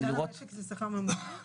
"כלל המשק" זה השכר הממוצע?